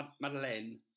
Madeline